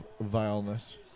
vileness